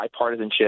bipartisanship